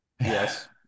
Yes